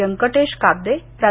व्यंकटेश काब्दे प्रा